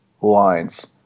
lines